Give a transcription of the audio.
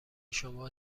شما